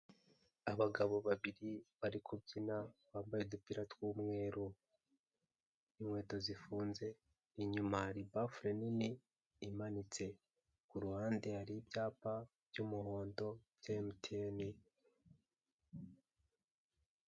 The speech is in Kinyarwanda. Abagabo babiri bari kubyina bambaye udupira tw'umweru ninkweto zifunze inyuma hari bafure nini imanitse, kuruhande hari ibyapa by'umuhondo bya MTN .